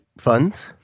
funds